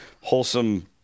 wholesome